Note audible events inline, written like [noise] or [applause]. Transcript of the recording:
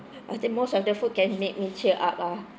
[breath] I think most of the food can make me cheer up lah